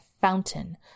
fountain